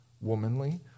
womanly